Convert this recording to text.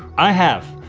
i have.